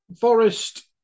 Forest